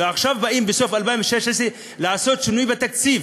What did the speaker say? ועכשיו באים, בסוף 2016, לעשות שינוי בתקציב.